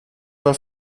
war